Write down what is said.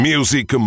Music